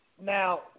Now